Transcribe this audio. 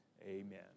amen